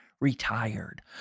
Retired